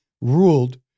ruled